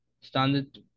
Standard